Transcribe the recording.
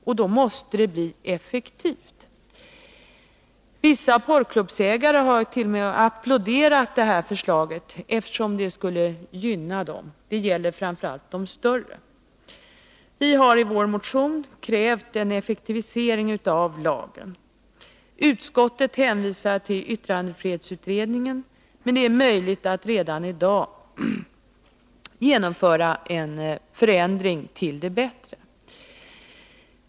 Men då måste förbudet bli effektivt — det här förslaget har t.o.m. applåderats av vissa porrklubbsägare, framför allt de större, eftersom det skulle gynna dem. Vi har i vår motion krävt en effektivisering av förbudet. Utskottet hänvisar till yttrandefrihetsutredningen, men enligt vår mening är det möjligt att redan i dag genomföra en förändring till det bättre.